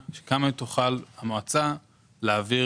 ואני חושב שהדרך שהצעתי היא הדרך הכי הגיונית.